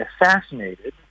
assassinated